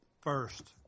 first